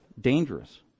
Dangerous